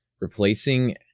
Replacing